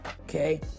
Okay